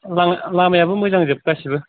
लामायाबो मोजांजोब गासिबो